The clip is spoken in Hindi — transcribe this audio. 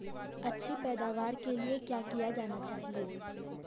अच्छी पैदावार के लिए क्या किया जाना चाहिए?